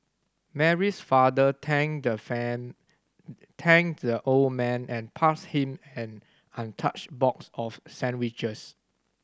Mary's father thanked the fan thanked the old man and passed him an untouched box of sandwiches